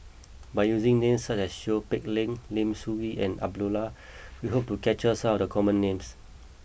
by using names such as Seow Peck Leng Lim Soo Ngee and Abdullah we hope to capture some of the common names